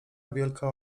wielka